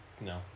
no